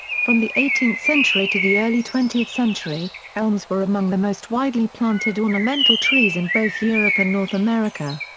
from the eighteenth century to the early twentieth century, elms were among the most widely planted ornamental trees in both europe and north america.